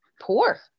poor